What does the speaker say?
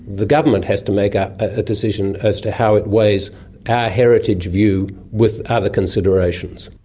the government has to make ah a decision as to how it weighs our heritage view with other considerations.